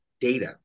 data